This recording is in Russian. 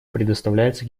предоставляется